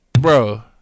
Bro